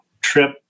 trip